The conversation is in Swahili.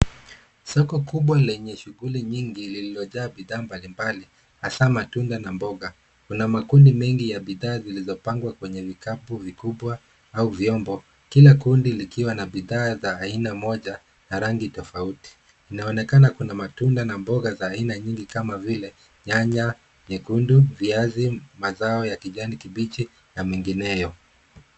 Soko kubwa lenye shughuli nyingi lililojaa bidhaa mbalimbali, hasa matunda na mboga. Kuna makundi mengi ya bidhaa zilizopangwa kwenye vikapu vikubwa au vyombo, kila kundi likiwa na bidhaa za aina moja na rangi tofauti. Inaonekana kuna matunda na mboga za aina nyingi kama vile nyanya nyekundu, viazi, mazao ya kijani kibichi na mengineyo.